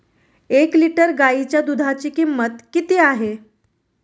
एक लिटर गाईच्या दुधाची किंमत किती आहे?